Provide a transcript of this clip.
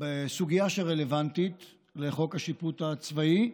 בסוגיה רלוונטית לחוק השיפוט הצבאי,